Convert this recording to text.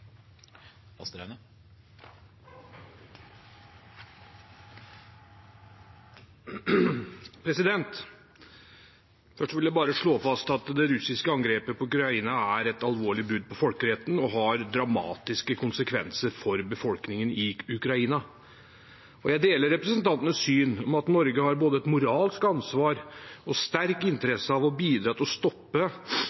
et alvorlig brudd på folkeretten og har dramatiske konsekvenser for befolkningen i Ukraina. Jeg deler representantenes syn om at Norge har både et moralsk ansvar og en sterk